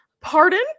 pardon